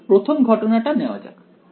সুতরাং প্রথম ঘটনাটা নেওয়া যাক